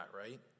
right